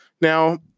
Now